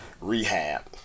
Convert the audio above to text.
rehab